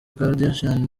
kardashian